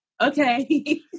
Okay